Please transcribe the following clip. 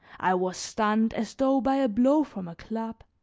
i was stunned as though by a blow from a club.